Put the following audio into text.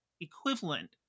equivalent